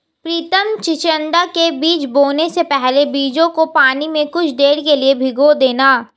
प्रितम चिचिण्डा के बीज बोने से पहले बीजों को पानी में कुछ देर के लिए भिगो देना